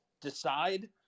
Decide